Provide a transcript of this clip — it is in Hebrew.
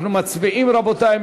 אנחנו מצביעים, רבותי.